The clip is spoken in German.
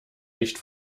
nicht